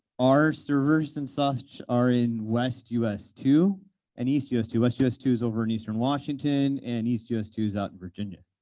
our servers and such are in west us two and east us two. west us two is over in eastern washington and east us two is out in virginia.